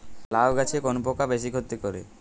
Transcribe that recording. লাউ গাছে কোন পোকা বেশি ক্ষতি করে?